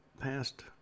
passed